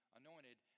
anointed